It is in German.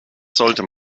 sollte